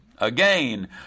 Again